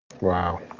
Wow